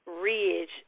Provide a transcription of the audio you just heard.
Ridge